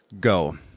go